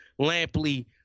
Lampley